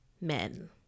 men